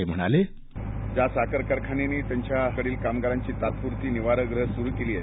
ते म्हणाले या साखर कारखान्यांनी त्यांच्याकडील कामगारांची तात्पूरती निवारा ग्रहे सुरू केली आहे